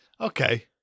Okay